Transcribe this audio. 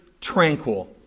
tranquil